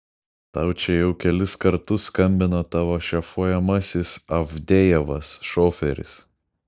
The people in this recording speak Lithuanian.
tau čia jau kelis kartus skambino tavo šefuojamasis avdejevas šoferis